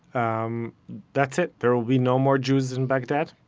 um that's it, there will be no more jews in baghdad?